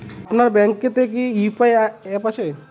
আপনার ব্যাঙ্ক এ তে কি ইউ.পি.আই অ্যাপ আছে?